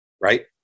right